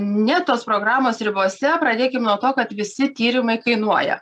ne tos programos ribose pradėkim nuo to kad visi tyrimai kainuoja